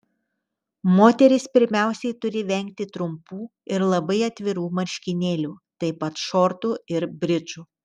moterys pirmiausiai turi vengti trumpų ir labai atvirų marškinėlių taip pat šortų ir bridžų